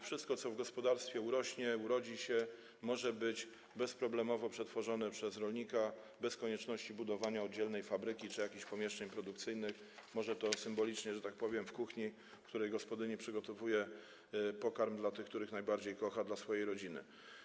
Wszystko, co w gospodarstwie urośnie, urodzi się, może być bezproblemowo przetworzone przez rolnika bez konieczności budowania oddzielnej fabryki czy jakichś pomieszczeń produkcyjnych - symbolicznie, że tak powiem, w kuchni, w której gospodyni przygotowuje pokarm dla tych, których najbardziej kocha, dla swojej rodziny.